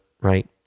right